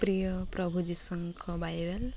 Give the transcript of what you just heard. ପ୍ରିୟ ପ୍ରଭୁ ଯୀଶୁଙ୍କ ବାଇବେଲ୍